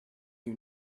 you